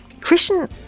Christian